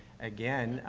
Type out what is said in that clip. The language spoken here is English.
again,